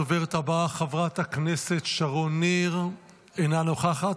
הדוברת הבאה, חברת הכנסת שרון ניר, אינה נוכחת.